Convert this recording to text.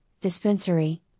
dispensary